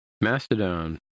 Mastodon